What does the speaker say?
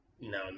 no